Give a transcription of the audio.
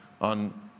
on